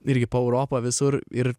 irgi po europą visur ir